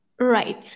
Right